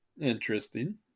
Interesting